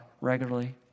regularly